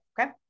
okay